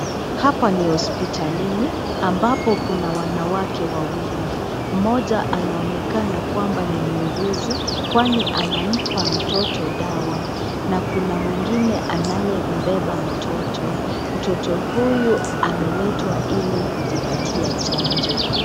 Hapa ni hospitalini ambapo kuna wanawake wawili, mmoja anaonekana kwamba ni muuguzi kwani anampa mtoto dawa na kuna mwingine anayembeba mtoto. Mtoto huyu ameletwa ili kujipatia chanjo.